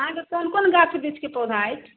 अहाँके कोन कोन गाछ वृक्षके पौधा अछि